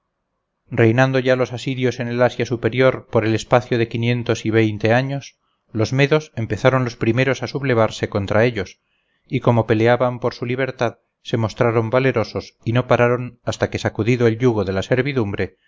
reinando ya los asirios en el asia superior por el espacio de quinientos y veinte años los medos empezaron los primeros a sublevarse contra ellos y como peleaban por su libertad se mostraron valerosos y no pararon hasta que sacudido el yugo de la servidumbre